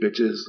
bitches